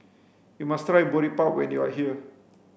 You must try Boribap when you are here